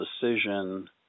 decision